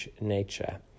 nature